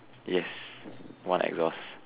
yes one exhaust